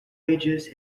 ages